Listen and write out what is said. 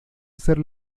ser